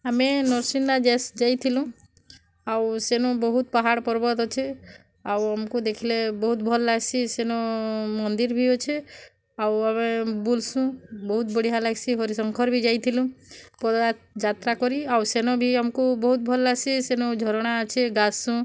ଆମେ ନୃସିଂହନାଥ୍ ଯାଇଥିଲୁଁ ଆଉ ସେନୁ ବହୁତ୍ ପାହାଡ଼୍ ପର୍ବତ୍ ଅଛେ ଆଉ ଆମ୍କୁ ଦେଖ୍ଲେ ବହୁତ୍ ଲାଗ୍ସି ସେନୁ ମନ୍ଦିର୍ ବି ଅଛେ ଆଉ ଆମେ ବୁଲ୍ସୁଁ ବହୁତ୍ ବଢ଼ିଆ ଲାଗ୍ସି ହରିଶଙ୍କର୍ ବି ଯାଇଥିଲୁଁ ପଦଯାତ୍ରା କରି ଆଉ ସେନ ବି ଆମ୍କୁ ବହୁତ୍ ଭଲ୍ ଲାଗ୍ସି ସେନୁ ଝରଣା ଅଛେ ଗାଧ୍ସୁଁ